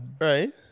Right